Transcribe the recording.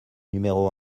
numéro